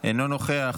אינו נוכח,